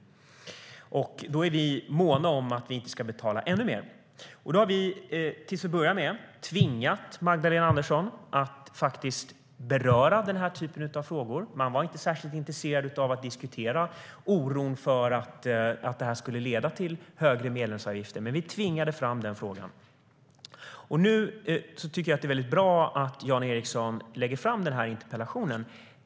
Vi är måna om att vi inte ska betala ännu mer. Jag tycker att det är bra att Jan Ericson ställt denna interpellation.